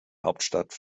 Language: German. hauptstadt